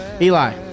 Eli